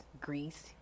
Greece